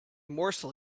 morsel